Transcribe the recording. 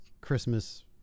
Christmas